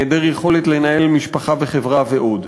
מהיעדר יכולת לנהל משפחה וחברה ועוד.